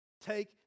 Take